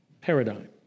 paradigm